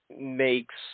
makes